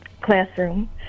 classroom